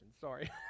sorry